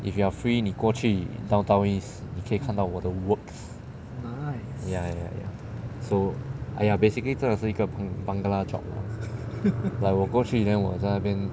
if you are free 你过去 downtown east 你可以看到我的 work ya ya so !aiya! basically 真的是一个工 bangala job lah like 我过去 then 我在那边